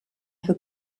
who